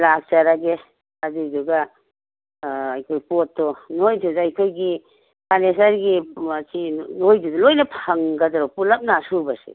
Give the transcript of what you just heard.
ꯂꯥꯛꯆꯔꯒꯦ ꯑꯗꯨꯏꯗꯨꯒ ꯑꯩꯈꯣꯏ ꯄꯣꯠꯇꯣ ꯅꯣꯏ ꯑꯗꯨꯗ ꯑꯩꯈꯣꯏꯒꯤ ꯐꯔꯅꯤꯆꯔꯒꯤ ꯃꯁꯤ ꯅꯣꯏꯗꯨꯗ ꯂꯣꯏꯅ ꯐꯪꯒꯗ꯭ꯔꯣ ꯄꯨꯂꯞꯅ ꯑꯁꯨꯕꯁꯦ